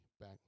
back